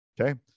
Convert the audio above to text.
Okay